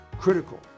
critical